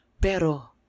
Pero